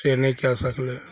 से नहि कए सकलै